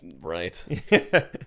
Right